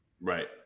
Right